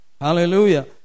Hallelujah